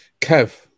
Kev